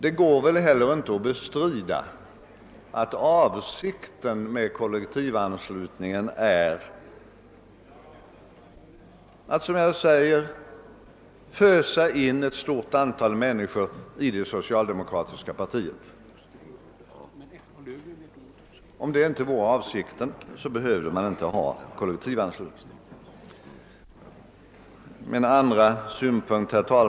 Det går inte heller att bestrida att avsikten med kollektivanslutningen är att fösa in ett stort antal människor i det socialdemokratiska partiet. Om detta inte vore avsikten behövde man inte ha kollektivanslutning.